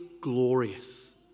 glorious